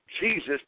Jesus